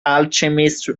alchemist